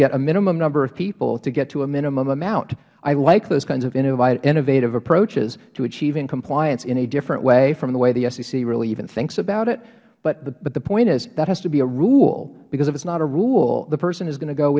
get a minimum number of people to get to a minimum amount i like those kinds of innovative approaches to achieving compliance in a different way from the way the sec really even thinks about it but the point is that has to be a rule because if it's not a rule the person is going to go